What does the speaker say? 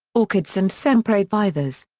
orchids and sempre vivas.